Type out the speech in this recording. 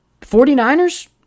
49ers